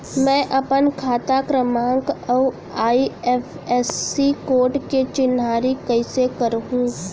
मैं अपन खाता क्रमाँक अऊ आई.एफ.एस.सी कोड के चिन्हारी कइसे करहूँ?